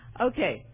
Okay